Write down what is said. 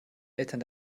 eltern